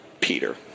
Peter